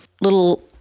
little